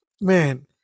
man